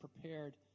prepared